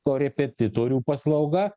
korepetitorių paslauga